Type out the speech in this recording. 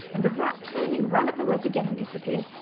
and the rat turning ran up the rope again and disappeared,